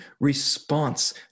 response